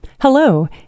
Hello